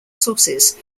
sources